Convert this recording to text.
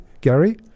Gary